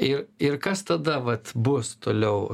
ir ir kas tada vat bus toliau